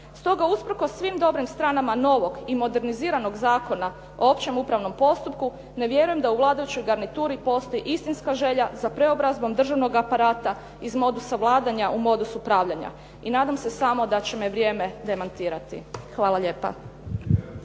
Stoga usprkos svim dobrim stranaka novog i moderniziranog Zakona o općem upravnom postupku, ne vjerujem da u vladajućoj garnituri postoji istinska želja za preobrazbom državnog aparata iz modusa vladanja u modus upravljanja i nadam se samo da će me vrijeme demantirati. Hvala lijepa.